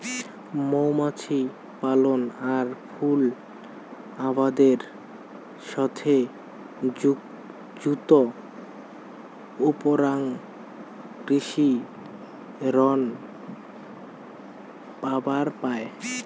মৌমাছি পালন আর ফুল আবাদের সথে যুত উমরাও কৃষি ঋণ পাবার পায়